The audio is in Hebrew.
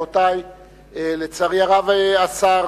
חברותי וחברי חברי הכנסת, בעוד השרים